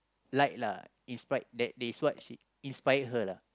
like lah inspired that is what inspired her lah